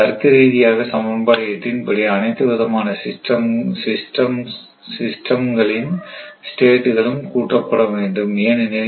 தர்க்கரீதியாக சமன்பாடு 8 இன் படி அனைத்து விதமான சிஸ்டம்ஸ் ஸ்டேட் களும் கூட்டப்பட வேண்டும் ஏனெனில்